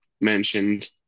mentioned